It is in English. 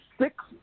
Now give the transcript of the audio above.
six